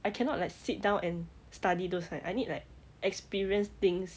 I cannot like sit down and study those like I need like experience things